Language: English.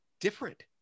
different